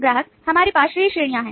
ग्राहक हमारे पास ये श्रेणियां हैं